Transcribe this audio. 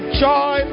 joy